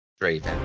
Draven